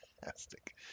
fantastic